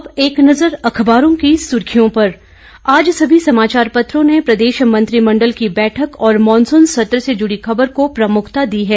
अब एक नज़र अखबारों की सुर्खियों पर आज सभी समाचार पत्रों ने प्रदेश मंत्रिमंडल की बैठक और मॉनसून सत्र से जुड़ी खबर को प्रमुखता दी है